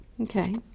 Okay